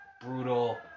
brutal